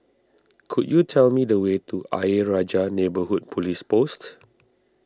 could you tell me the way to Ayer Rajah Neighbourhood Police Post